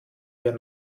wir